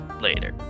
later